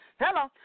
Hello